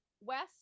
west